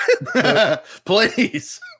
Please